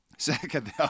Second